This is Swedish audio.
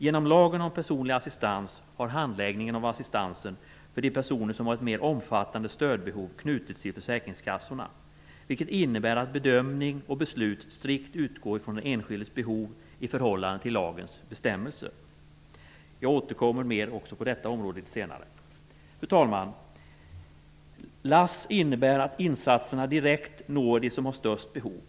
Genom lagen om personlig assistans har handläggningen av assistansen för de personer som har ett mer omfattande stödbehov knutits till försäkringskassorna, vilket innebär att bedömning och beslut strikt utgår från den enskildes behov i förhållande till lagens bestämmelser. Jag återkommer även till detta område litet senare. Fru talman! LASS innebär att insatserna direkt når dem som har störst behov.